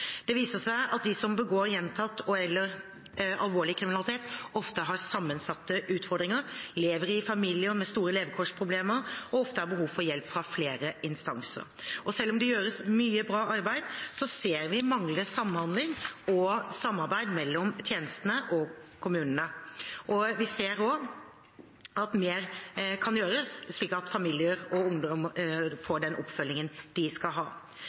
Det viser seg at de som begår gjentatt eller alvorlig kriminalitet, ofte har sammensatte utfordringer, lever i familier med store levekårsproblemer og ofte har behov fra flere instanser. Selv om det gjøres mye bra arbeid, ser vi manglende samhandling og samarbeid mellom tjenestene og kommunene. Vi ser også at mer kan gjøres, slik at familiene og ungdommene får den oppfølgingen de skal ha.